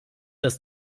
das